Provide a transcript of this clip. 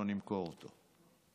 אנחנו נמכור אותו.